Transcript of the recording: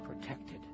protected